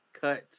cuts